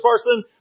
person